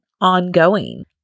ongoing